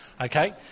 okay